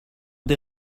des